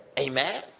Amen